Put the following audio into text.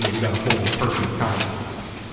and we've got to hold the person accountable, of course.